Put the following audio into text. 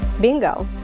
bingo